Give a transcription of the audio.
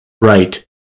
right